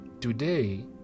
today